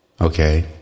okay